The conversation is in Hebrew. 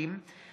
30),